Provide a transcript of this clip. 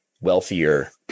wealthier